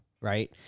right